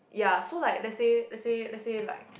ya so like let's say let's say let's say like